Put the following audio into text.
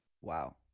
wow